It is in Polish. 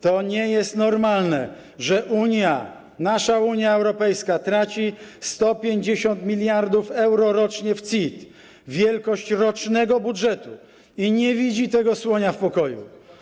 To nie jest normalne, że Unia, nasza Unia Europejska traci 150 mld euro rocznie w CIT, wielkość rocznego budżetu, i nie widzi tego słonia w pokoju.